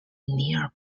near